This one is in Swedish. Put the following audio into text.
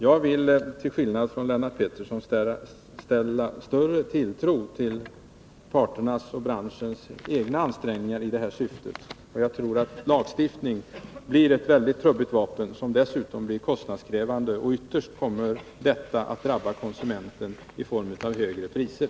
Jag vill till skillnad från Lennart Pettersson sätta större tilltro till parternas och branschens egna ansträngningar i det här syftet. Jag tror att lagstiftning blir ett väldigt trubbigt vapen, som dessutom blir kostnadskrävande. Ytterst kommer detta att drabba konsumenten i form av högre priser.